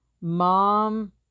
Mom